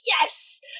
yes